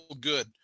good